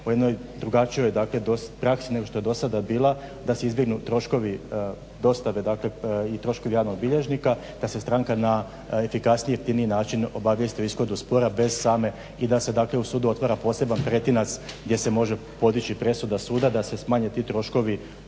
o jednoj drugačijoj dakle praksi nego što je do sada bila, da se izbjegnu troškovi dostave i troškovi javnog bilježnika, da se stranka na efikasniji i jeftiniji način obavijesti o ishodu spora bez same i da se dakle u sudu otvara poseban pretinac gdje se može podići presuda suda da se smanje ti troškovi